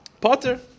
Potter